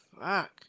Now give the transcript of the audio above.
Fuck